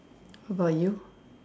how about you